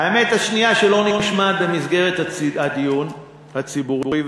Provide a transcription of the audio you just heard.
האמת השנייה שלא נשמעת במסגרת הדיון הציבורי,